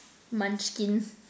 munchkins